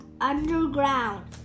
underground